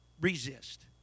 resist